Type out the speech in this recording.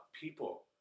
people